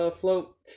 Float